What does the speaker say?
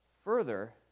Further